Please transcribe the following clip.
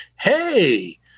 hey